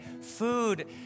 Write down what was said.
food